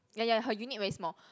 ya ya her unit very small